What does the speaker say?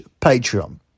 Patreon